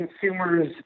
consumers